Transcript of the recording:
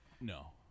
No